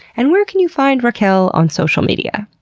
and where can you find raquel on social media?